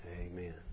Amen